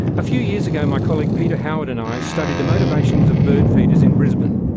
a few years ago, my colleague peter howard and i studied the motivations of bird feeders in brisbane.